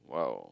!wow!